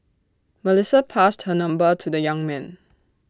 Melissa passed her number to the young man